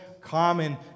common